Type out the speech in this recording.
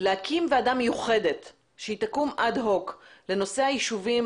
להקים ועדה מיוחדת שתקום אד-הוק לנושא היישובים